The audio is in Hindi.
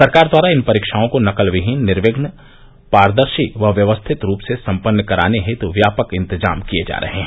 सरकार द्वारा इन परीक्षाओं को नकल विहीन निर्विघ्न पारदर्शी व व्यवस्थित रूप से संपन्न कराने हेतु व्यापक इंतजाम किए जा रहे हैं